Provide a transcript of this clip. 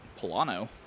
Polano